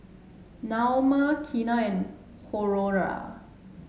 Naoma Keena and Honora